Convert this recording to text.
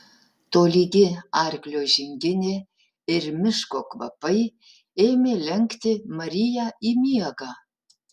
tolygi arklio žinginė ir miško kvapai ėmė lenkti mariją į miegą